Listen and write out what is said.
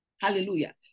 Hallelujah